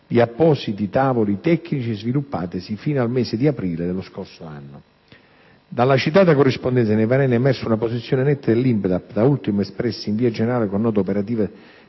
di appositi tavoli tecnici sviluppatisi fino al mese di aprile dello scorso anno. Dalla citata corrispondenza, nei vari anni è emersa una posizione netta dell'INPDAP, da ultimo espressa in via generale con nota operativa